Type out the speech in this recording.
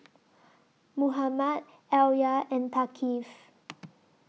Muhammad Alya and Thaqif